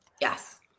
Yes